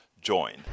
join